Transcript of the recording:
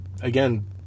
again